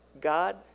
God